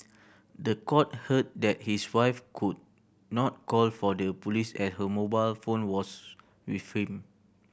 the court heard that his wife could not call for the police at her mobile phone was with him